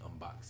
unboxing